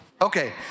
Okay